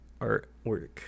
artwork